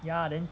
ya then